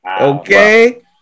Okay